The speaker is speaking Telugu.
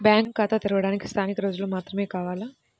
బ్యాంకు ఖాతా తెరవడానికి స్థానిక రుజువులు మాత్రమే కావాలా?